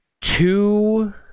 two